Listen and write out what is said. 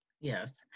Yes